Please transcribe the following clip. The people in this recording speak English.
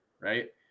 Right